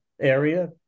area